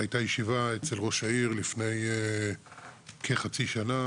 הייתה ישיבה אצל ראש העיר לפני כחצי שנה,